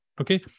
Okay